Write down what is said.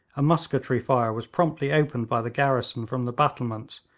a musketry fire was promptly opened by the garrison from the battlements,